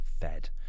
fed